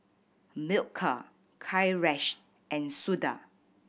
Milkha Kailash and Suda